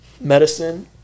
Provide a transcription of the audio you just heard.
medicine